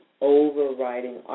overriding